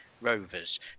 rovers